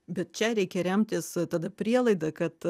bet čia reikia remtis tada prielaida kad